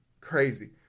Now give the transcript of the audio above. crazy